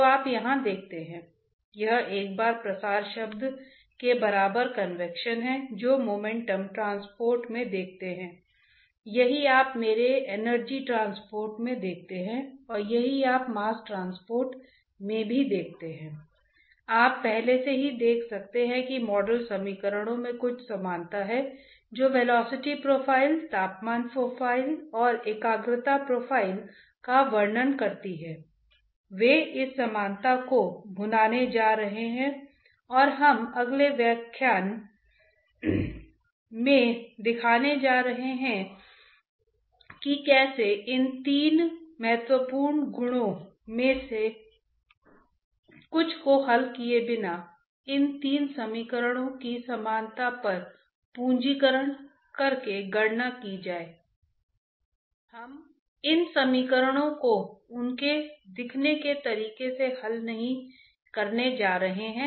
तो यह x component momentum balance है इसी तरह हम y कॉम्पोनेन्ट मोमेंटम लिख सकते हैं जो होगा rho u dv by dx plus v dv by dy जो कि y दिशा में प्रेशर ग्रेडिएंट को घटाकर mu del square v plus ydot के बराबर है अगर मुझे लगता है कि y बिंदु y दिशा में शरीर बल है